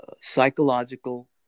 psychological